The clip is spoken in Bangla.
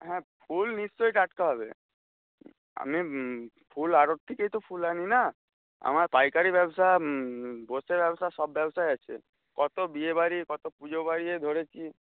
হ্যাঁ ফুল নিশ্চয়ই টাটকা হবে আমি ফুল আড়ত থেকেই তো ফুল আনি না আমার পাইকারি ব্যবসা বসে ব্যবসা সব ব্যবসাই আছে কত বিয়েবাড়ি কত পুজোবাড়ি যে ধরেছি